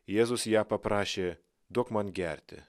jėzus ją paprašė duok man gerti